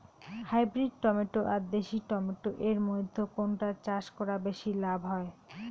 Hybrid tomato আর দেশি tomato এর মইধ্যে কোনটা চাষ করা বেশি লাভ হয়?